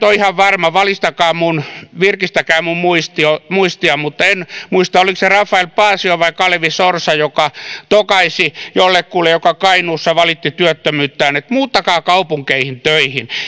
ole nyt ihan varma virkistäkää minun virkistäkää minun muistiani muistiani en muista oliko se rafael paasio vai kalevi sorsa joka tokaisi jollekulle joka kainuussa valitti työttömyyttään että muuttakaa kaupunkeihin töihin